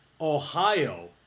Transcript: Ohio